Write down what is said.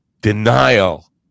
denial